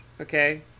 okay